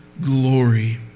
glory